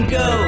go